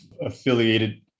affiliated